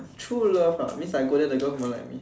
true love ah means I go there the girl confirm like me